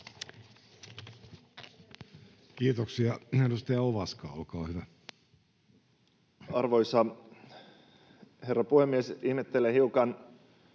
Kiitoksia. — Edustaja Ovaska, olkaa hyvä. Arvoisa herra puhemies! Ihmettelen hiukan